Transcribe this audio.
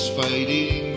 fighting